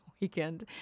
weekend